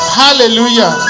hallelujah